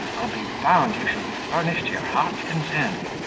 i'll be bound you shall be furnished to your heart's content.